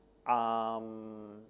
um